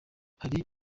hari